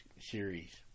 series